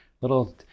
little